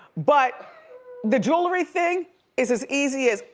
but the jewelry thing is as easy as.